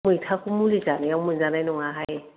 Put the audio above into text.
मैथाखौ मुलि जानायाव मोनजानाय नङाहाय